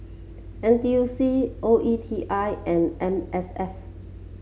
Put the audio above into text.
N T U C O E T I and M S F